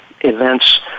events